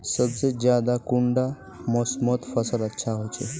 सबसे ज्यादा कुंडा मोसमोत फसल अच्छा होचे?